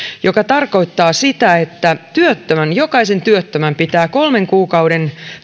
joka tarkoittaa sitä että jokaisen työttömän pitää kolmen kuukauden